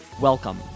Welcome